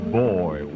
boy